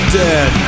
dead